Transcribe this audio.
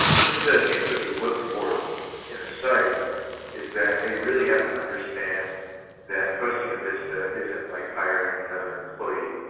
some of the things that we look for in a site is that they really have to understand that hosting a vista isn't like hiring another employee.